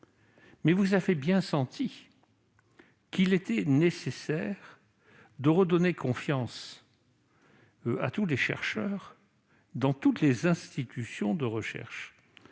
Vous avez senti qu'il était nécessaire de redonner confiance à tous les chercheurs, dans toutes les institutions où ils